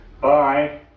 Bye